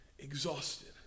exhausted